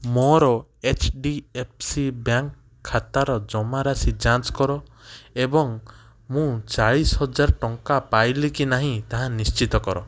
ମୋର H D F C bank ଖାତାର ଜମାରାଶି ଯାଞ୍ଚ କର ଏବଂ ମୁଁ ଚାଳିଶ ହଜାର ଟଙ୍କା ପାଇଲି କି ନାହିଁ ତାହା ନିଶ୍ଚିତ କର